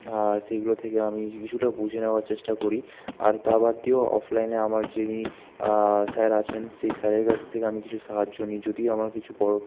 আর সেগুলো থেকে আমি কিছুটা বুঝে নেওয়ার চেষ্টা করি আর তা বাদ দিয়েও অফলাইনে আমার যিনি স্যার আছেন সেই স্যারের কাছ থেকে আমি কিছু সাহায্য নিই যদি আমার কিছু প্র